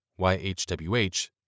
YHWH